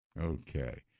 Okay